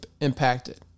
impacted